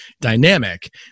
dynamic